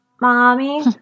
Mommy